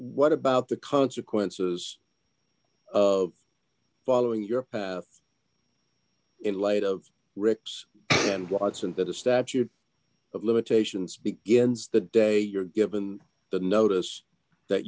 what about the consequences of following your path in light of rick's and watson that the statute of limitations begins the day you're given the notice that